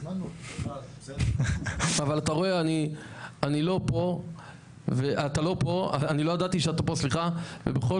אתה רואה אני לא ידעתי שאתה פה ובכל